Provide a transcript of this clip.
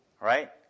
right